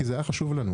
כי זה היה חשוב לנו.